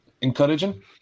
encouraging